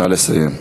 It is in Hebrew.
נא לסיים.